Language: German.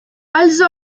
also